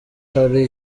hari